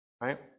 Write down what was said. Right